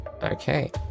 Okay